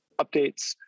updates